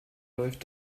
läuft